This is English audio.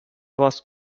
was